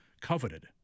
coveted